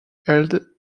held